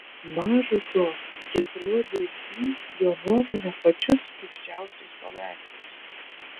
maža to jis rodė į jo nuomone pačius šlykščiausius paveikslus